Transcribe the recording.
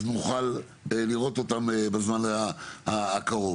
אז נוכל לראות אותם בזמן הקרוב.